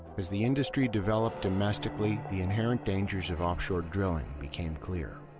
as the industry developed domestically, the inherent dangers of offshore drilling became clear.